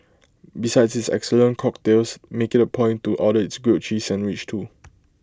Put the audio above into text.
besides its excellent cocktails make IT A point to order its grilled cheese sandwich too